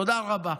תודה רבה.